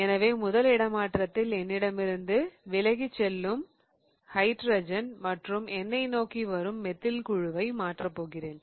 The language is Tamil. எனவே முதல் இடமாற்றத்தில் என்னிடமிருந்து விலகி செல்லும் ஹைட்ரஜன் மற்றும் என்னை நோக்கி வரும் மெத்தில் குழுவை மாற்றப் போகிறேன்